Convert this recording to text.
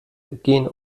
gehen